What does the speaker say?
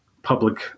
public